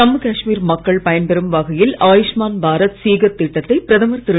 ஜம்முகாஷ்மீர்மக்கள்பயன்பெறும்வகையில் Ayushman Bharat சீகத்திட்டத்தைபிரதமர்திரு